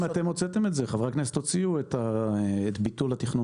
שר החקלאות ופיתוח הכפר